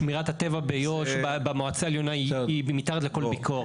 שמירת הטבע ביו"ש במועצה העליונה היא מתחת לכל ביקורת.